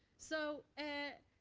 so. as